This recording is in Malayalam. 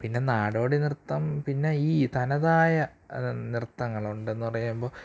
പിന്നെ നാടോടിനൃത്തം പിന്നെ ഈ തനതായ നൃത്തങ്ങളുണ്ട് എന്നു പറയുമ്പോൾ